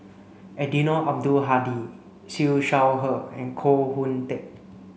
Eddino Abdul Hadi Siew Shaw Her and Koh Hoon Teck